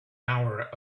hour